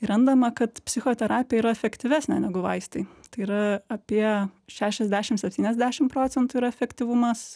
randama kad psichoterapija yra efektyvesnė negu vaistai tai yra apie šešiasdešim septyniasdešim procentų yra efektyvumas